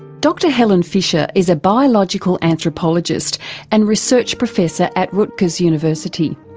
dr helen fisher is a biological anthropologist and research professor at rutgers university.